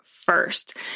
first